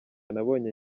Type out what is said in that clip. nabonye